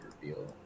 reveal